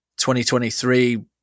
2023